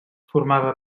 formava